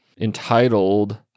entitled